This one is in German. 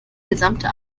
gesamte